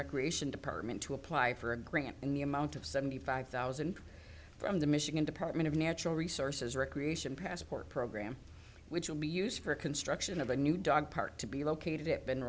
recreation department to apply for a grant in the amount of seventy five thousand from the michigan department of natural resources recreation passport program which will be used for construction of the new dog park to be located it b